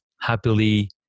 happily